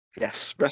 Yes